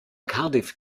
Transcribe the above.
cardiff